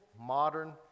modern